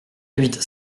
huit